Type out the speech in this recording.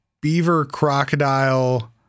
beaver-crocodile